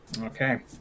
Okay